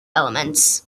elements